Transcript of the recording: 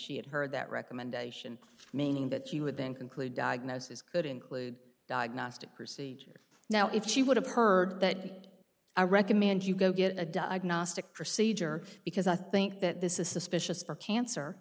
she had heard that recommendation meaning that you would then conclude diagnosis could include diagnostic procedures now if she would have heard that i recommend you go get a diagnostic procedure because i think that this is suspicious for cancer